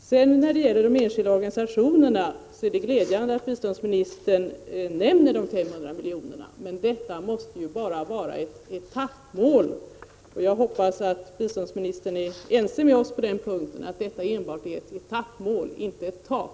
När det sedan gäller de enskilda organisationerna är det glädjande att biståndsministern nämner de 500 miljonerna, men detta måste vara bara ett etappmål. Jag hoppas att biståndsministern är ense med oss på den punkten att detta enbart är ett etappmål och inte ett tak.